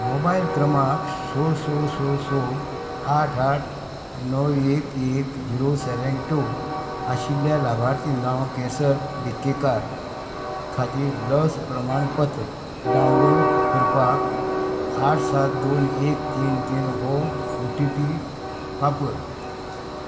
mobile क्रमांक स स स स आठ आठ णव एक एक झिरो सेवेन टू आशिल्ल्या लाभार्थी नांव केसर बिकेकार खातीर लस प्रमाणपत्र डावनलोड करपाक आठ सात दोन एक तीन तीन हो ओ टी पी वापर